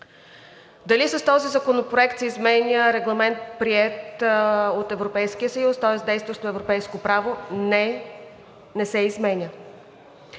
Дали с този Законопроект се изменя Регламент, приет от Европейския съюз, тоест действащо европейско право – не, не се изменя.